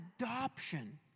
adoption